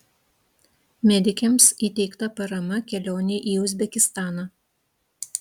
medikėms įteikta parama kelionei į uzbekistaną